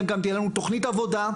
תהיה לנו תכנית עבודה,